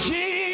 Jesus